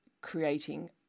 creating